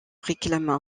réclament